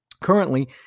currently